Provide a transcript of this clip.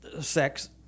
sex